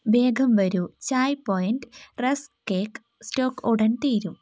വേഗം വരൂ chai point rusk cake stock ഉടൻ തീരും